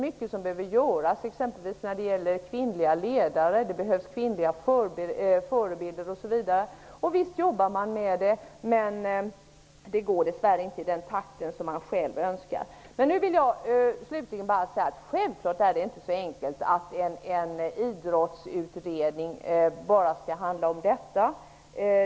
Mycket behöver göras, exempelvis när det gäller kvinnliga ledare, kvinnliga förebilder osv. Visst jobbar man med detta och satsar mycket, men arbetet går dess värre inte i den takt som är önskvärd. Jag vill slutligen bara säga att det självklart inte är så enkelt att en idrottsutredning bara skall handla om detta.